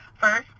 First